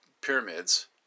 pyramids